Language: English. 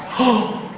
oh,